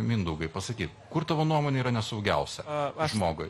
mindaugai pasakyk kur tavo nuomonė yra nesaugiausia žmogui